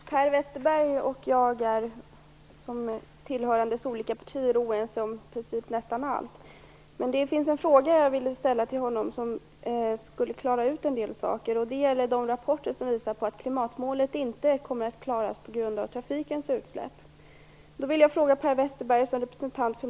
Herr talman! Per Westerberg och jag är som tillhörande olika partier oense om precis nästan allt. Men det finns en fråga jag vill ställa till honom som skulle klara ut en del saker. Det gäller de rapporter som visar att klimatmålet inte kommer att uppnås på grund av trafikens utsläpp.